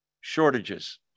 shortages